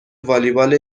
والیبال